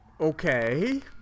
Okay